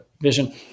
vision